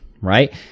right